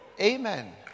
Amen